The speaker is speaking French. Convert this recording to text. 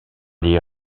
les